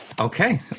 Okay